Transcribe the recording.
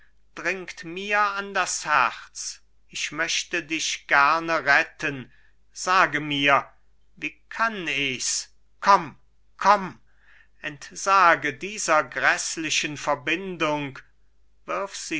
dringt mir an das herz ich möchte dich gerne retten sage mir wie kann ichs komm komm entsage dieser gräßlichen verbindung